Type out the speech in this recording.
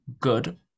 good